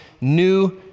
new